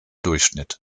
durchschnitt